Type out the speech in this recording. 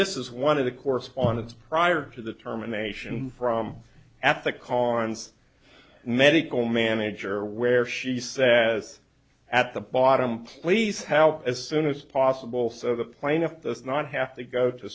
this is one of the correspondence prior to the terminations from at the current medical manager where she says at the bottom please help as soon as possible so the plaintiff this not have to go to